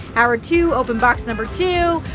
hour two, open box number two.